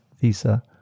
visa